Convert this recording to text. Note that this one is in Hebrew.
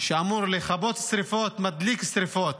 שאמור לכבות שרפות, מדליק שרפות.